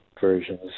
versions